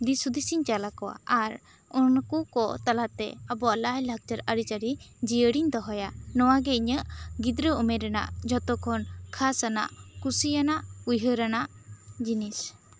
ᱫᱤᱥ ᱦᱩᱫᱤᱥ ᱤᱧ ᱪᱟᱞ ᱟᱠᱚᱣᱟ ᱟᱨ ᱩᱱᱠᱩ ᱠᱚ ᱛᱟᱞᱟ ᱛᱮ ᱟᱵᱚᱣᱟᱜ ᱞᱟᱹᱭ ᱞᱟᱠᱪᱟᱨ ᱟᱹᱨᱤ ᱪᱟᱹᱞᱤ ᱡᱤᱭᱟᱹᱲ ᱤᱧ ᱫᱚᱦᱚᱭᱟ ᱱᱚᱣᱟ ᱜᱤ ᱤᱧᱟᱹᱜ ᱡᱷᱚᱛᱚ ᱠᱷᱚᱱ ᱠᱷᱟᱥ ᱟᱱᱟᱜ ᱠᱩᱥᱤᱭᱟᱱᱟᱜ ᱩᱭᱦᱟᱹᱨ ᱟ ᱟᱱᱟᱜ ᱡᱤᱱᱤᱥ